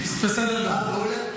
בסדר גמור.